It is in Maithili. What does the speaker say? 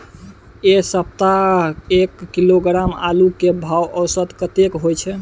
ऐ सप्ताह एक किलोग्राम आलू के भाव औसत कतेक होय छै?